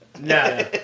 No